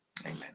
Amen